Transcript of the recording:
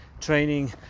training